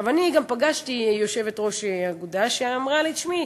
אני גם פגשתי יושבת-ראש אגודה שאמרה לי: תשמעי,